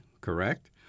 correct